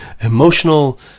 emotional